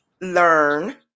learn